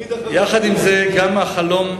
תמיד אחרי הבחירות.